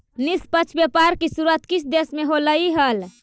निष्पक्ष व्यापार की शुरुआत किस देश से होलई हल